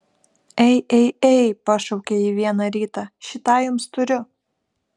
ei ei ei pašaukė ji vieną rytą šį tą jums turiu